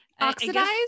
Oxidized